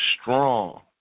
strong